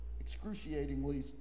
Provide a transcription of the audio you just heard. excruciatingly